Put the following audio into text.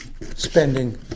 spending